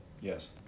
Yes